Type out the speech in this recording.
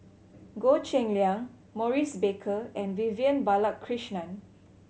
Goh Cheng Liang Maurice Baker and Vivian Balakrishnan